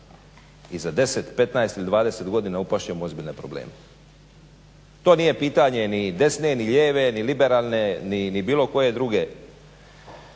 I za 10,15 ili 20 godina upast ćemo u ozbiljne probleme. To nije pitanje ni desne ni lijeve ni liberalne ni bilo koje druge